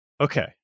Okay